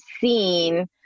seen